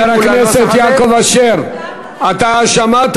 חבר הכנסת יעקב אשר, הסכמנו